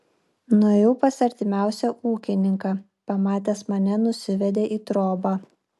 nuėjau pas artimiausią ūkininką pamatęs mane nusivedė į trobą